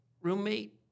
roommate